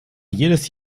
jedes